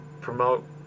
promote